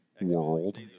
world